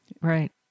right